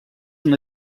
una